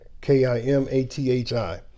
K-I-M-A-T-H-I